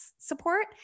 support